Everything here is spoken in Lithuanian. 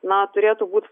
na turėtų būti